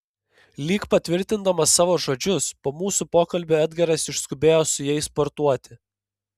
lyg patvirtindamas savo žodžius po mūsų pokalbio edgaras išskubėjo su jais sportuoti